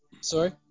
Sorry